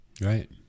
right